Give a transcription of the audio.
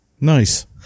Nice